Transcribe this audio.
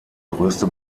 größte